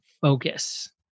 focus